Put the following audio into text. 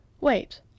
wait